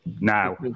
now